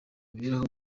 imibereho